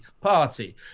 party